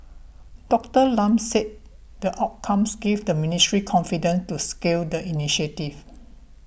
Doctor Lam said the outcomes give the ministry confidence to scale the initiative